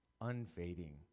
unfading